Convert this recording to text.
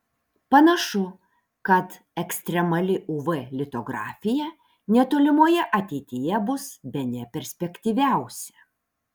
panašu kad ekstremali uv litografija netolimoje ateityje bus bene perspektyviausia